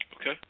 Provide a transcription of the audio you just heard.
Okay